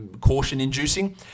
caution-inducing